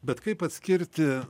bet kaip atskirti